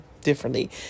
differently